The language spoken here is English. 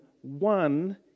one